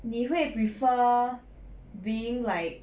你会 prefer being like